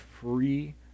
free